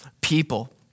people